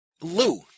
Lou